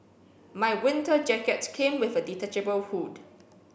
my winter jacket came with a detachable hood